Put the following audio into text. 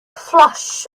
flush